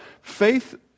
faith